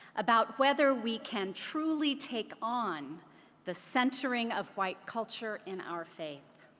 about whether we can truly take on the centering of white culture in our faith